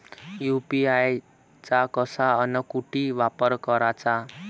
UPI चा कसा अन कुटी वापर कराचा?